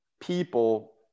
people